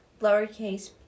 lowercase